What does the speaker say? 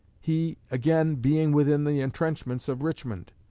he again being within the intrenchments of richmond.